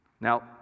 Now